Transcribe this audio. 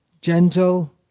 gentle